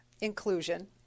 Inclusion